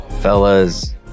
Fellas